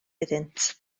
iddynt